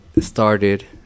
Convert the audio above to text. started